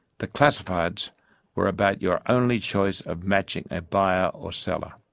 the classifieds were about your only choice of matching a buyer or seller.